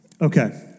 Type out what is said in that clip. Okay